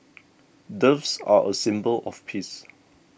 doves are a symbol of peace